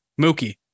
Mookie